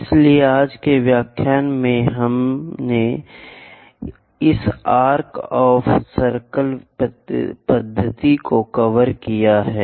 इसलिए आज के व्याख्यान में हमने इस आर्क ऑफ़ सर्कल पद्धति को कवर किया है